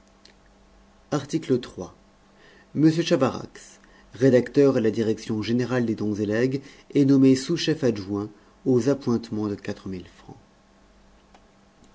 article chavarax rédacteur à la direction générale des dons et legs est nommé sous-chef adjoint aux appointements de quatre mille francs